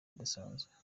bidasanzwe